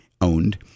owned